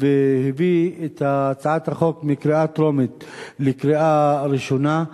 והביא את הצעת החוק מקריאה טרומית לקריאה ראשונה.